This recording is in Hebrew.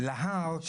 בין שר להר?